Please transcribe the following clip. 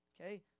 okay